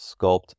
sculpt